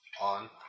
On